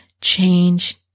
change